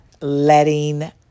letting